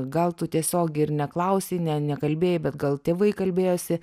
gal tu tiesiogiai ir neklausei ne nekalbėjai bet gal tėvai kalbėjosi